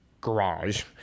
garage